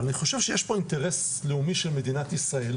אבל אני חושב שיש פה אינטרס לאומי של מדינת ישראל,